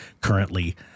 currently